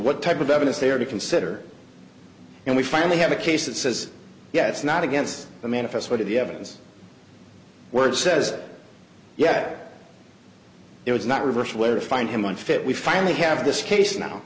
what type of evidence they are to consider and we finally have a case that says yeah it's not against the manifest what is the evidence word says yet it was not reversed where to find him unfit we finally have this case now